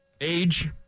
age